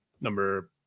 number